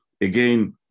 Again